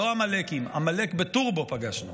לא עמלקים, עמלק בטורבו פגשנו.